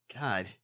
God